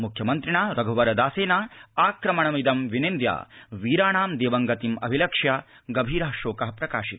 मुख्यमन्त्रिणा रघ्वर दासेन आक्रमणमिदं विनिद्य वीराणां दिवंगतिम् अभिलक्ष्य गभीर शोक प्रकाशित